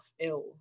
ill